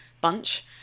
bunch